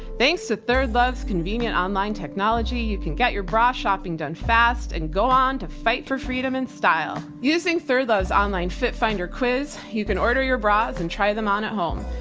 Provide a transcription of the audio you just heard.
thanks to third love's convenient online technology, you can get your bra shopping done fast and go on to fight for freedom and style using third love's online fit finder quiz, you can order your bras and try them on at home.